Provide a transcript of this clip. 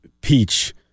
Peach